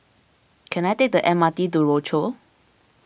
can I take the M R T to Rochor